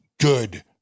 good